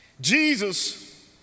Jesus